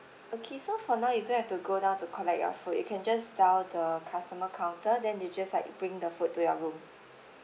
okay so for now you don't have to go down to collect your food you can just dial the customer counter then they'll just like bring the food to your room